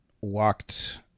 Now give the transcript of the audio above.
walked